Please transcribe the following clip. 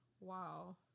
Wow